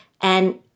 And-